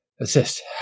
assist